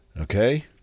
Okay